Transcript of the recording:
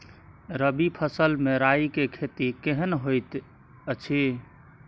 रबी फसल मे राई के खेती केहन होयत अछि?